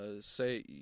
say